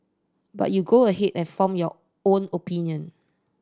but you go ahead and form your own opinion